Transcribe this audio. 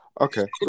Okay